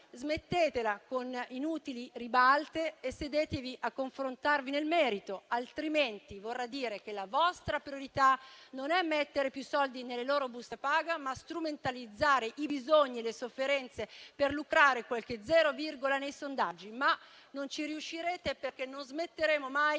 smettetela con inutili ribalte e sedetevi a confrontarvi nel merito, altrimenti vorrà dire che la vostra priorità non è mettere più soldi nelle loro buste paga, ma strumentalizzare i bisogni e le sofferenze per lucrare qualche zero virgola nei sondaggi, ma non ci riuscirete perché non smetteremo mai